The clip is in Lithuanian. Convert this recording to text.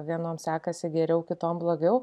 vienoms sekasi geriau kitom blogiau